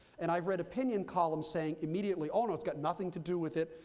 and i've read opinion columns saying immediately, oh no, it's got nothing to do with it.